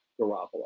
Garoppolo